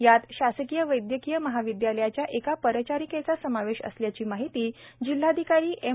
यात शासकीय वैद्यकीय महाविद्यालयाच्या एका परिचारिक्र्या समावधा असल्याची माहिती जिल्हाधिकारी एम